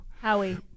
Howie